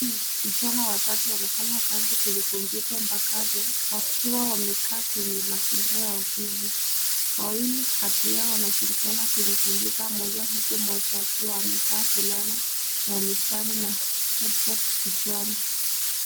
Vijana watatu wanafanya kazi kwenye kompyuta mpakato wakiwa wamekaa kwenye mazingira ya ofisi. Wawili kati yao wanashirikiana kwenye kompyuta moja huku mmoja akiwa amevaa fulana ya mistari na headset kichwani.